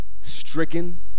stricken